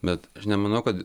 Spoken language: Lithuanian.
bet aš nemanau kad